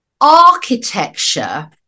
architecture